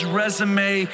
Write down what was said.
resume